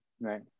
Right